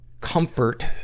comfort